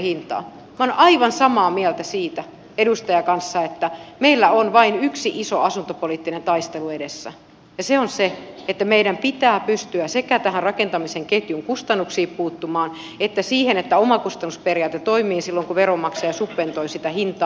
minä olen aivan samaa mieltä edustajan kanssa siitä että meillä on vain yksi iso asuntopoliittinen taistelu edessä ja se on se että meidän pitää pystyä sekä näihin rakentamisen ketjun kustannuksiin puuttumaan että siihen että omakustannusperiaate toimii silloin kun veronmaksaja subventoi sitä hintaa